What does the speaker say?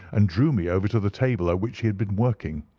and drew me over to the table at which he had been working.